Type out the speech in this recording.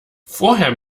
vorher